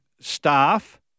staff